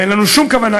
ואין לנו שום כוונה,